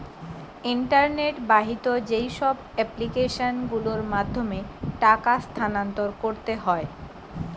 internet বাহিত যেইসব application গুলোর মাধ্যমে টাকা স্থানান্তর করতে হয়